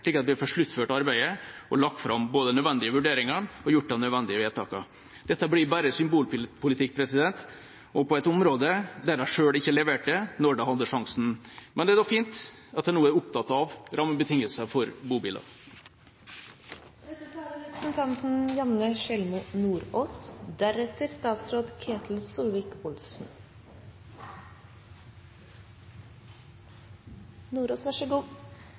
slik at vi får sluttført arbeidet og både får lagt fram de nødvendige vurderingene og gjort de nødvendige vedtakene. Dette blir bare symbolpolitikk, og på et område der de selv ikke leverte da de hadde sjansen. Men det er fint at de nå er opptatt av rammebetingelsene for